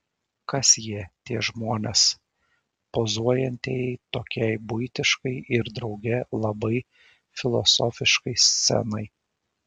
kas jie tie žmonės pozuojantieji tokiai buitiškai ir drauge labai filosofiškai scenai